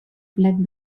plec